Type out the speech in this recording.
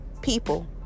people